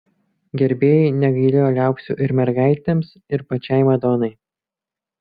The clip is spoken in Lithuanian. gerbėjai negailėjo liaupsių ir mergaitėms ir pačiai madonai